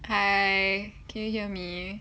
hi can you hear me